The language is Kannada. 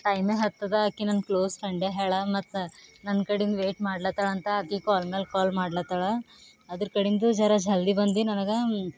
ಐನ ಹತ್ತದ ಆಕೆ ನನ್ನ ಕ್ಲೋಸ್ ಫ್ರೆಂಡೇ ಹೇಳಿ ಮತ್ತು ನನ್ನ ಕಡಿಂದು ವೇಟ್ ಮಾಡ್ಲತ್ತಾಳ ಅಂತ ಆಕೆ ಕಾಲ್ ಮೇಲೆ ಕಾಲ್ ಮಾಡ್ಲತ್ತಾಳ ಅದ್ರ ಕಡಿಂದು ಜರಾ ಜಲ್ದಿ ಬಂದು ನನಗೆ